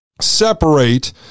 separate